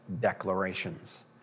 declarations